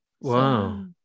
Wow